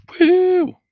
woo